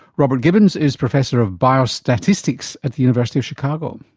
robert gibbons is professor of biostatistics at university of chicago.